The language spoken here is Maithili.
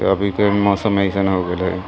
अभीके मौसम अइसन हो गेल हइ